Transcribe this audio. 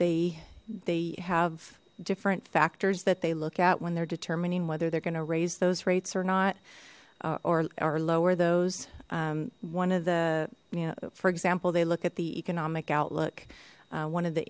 they they have different factors that they look at when they're determining whether they're going to raise those rates or not or or lower those one of the you know for example they look at the economic outlook one of the